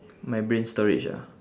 my brain storage ah